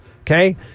Okay